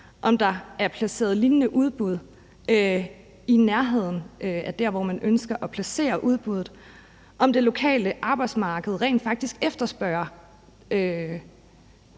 om der er placeret lignende udbud i nærheden af det sted, hvor man ønsker at placere udbuddet; om det lokale arbejdsmarked rent faktisk efterspørger